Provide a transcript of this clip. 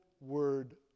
word